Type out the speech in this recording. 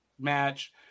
match